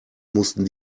mussten